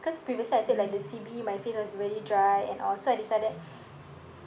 because previously I said like the C_B my face was really dry and all so I decided